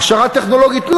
הכשרה טכנולוגית?